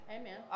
amen